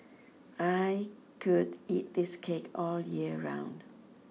I could eat this cake all year round